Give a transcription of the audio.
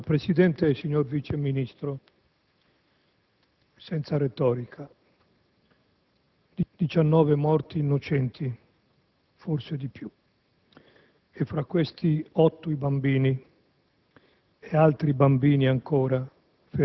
Signor Presidente, signor Vice ministro, senza retorica: 19 morti innocenti, forse di più, e fra questi otto bambini,